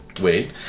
Wait